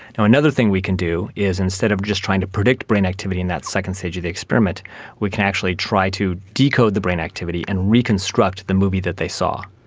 and another thing we can do is instead of just trying to predict brain activity in that second stage of the experiment we can actually tried to decode the brain activity and reconstruct the movie that they saw.